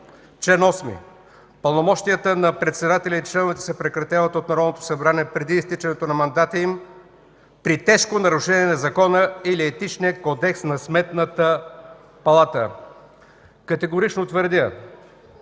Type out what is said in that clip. „Чл. 8. Пълномощията на председателя и членовете се прекратяват от Народното събрание преди изтичането на мандата им при тежко нарушение на закона или Етичния кодекс на Сметната палата.” Категорично твърдя,